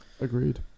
Agreed